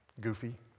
goofy